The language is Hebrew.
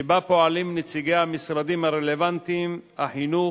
שבה פועלים נציגי המשרדים הרלוונטיים: החינוך,